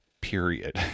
period